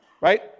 right